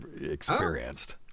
experienced